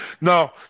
no